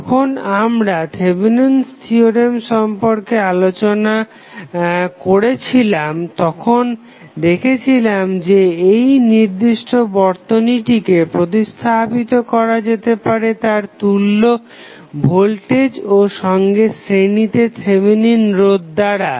যখন আমরা Thevenin's theorem সম্পর্কে আলোচনা করেছিলাম তখন দেখেছিলাম যে এই নির্দিষ্ট বর্তনীটিকে প্রতিস্থাপিত করা যেতে পারে তার তুল্য ভোল্টেজ ও সঙ্গে শ্রেণিতে থেভেনিন রোধের দ্বারা